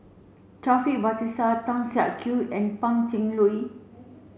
Taufik Batisah Tan Siak Kew and Pan Cheng Lui